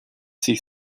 sich